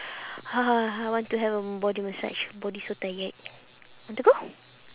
I want to have a body massage body so tired want to go